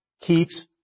keeps